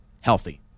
healthy